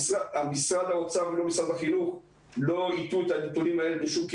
לא משרד האוצר ולא משרד החינוך הטו את הנתונים האלה לשום כיוון.